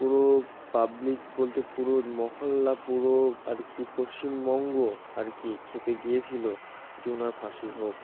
পুরো পাবলিক বলতে পুরো মহল্লা পুরো আর কি পশ্চিমবঙ্গ আর কি খেপে গিয়েছিলো যে ওনার ফাঁসি হোক